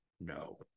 no